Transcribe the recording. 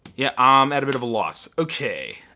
yeah, i'm at a bit of a loss. okay.